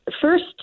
first